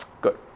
Good